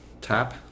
tap